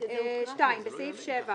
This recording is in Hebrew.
"(2)בסעיף 7,